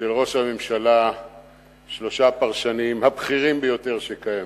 של ראש הממשלה שלושת הפרשנים הבכירים ביותר שקיימים.